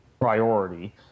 priority